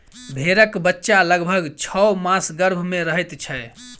भेंड़क बच्चा लगभग छौ मास गर्भ मे रहैत छै